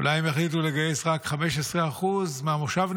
אולי הם יחליטו לגייס רק 15% מהמושבניקים,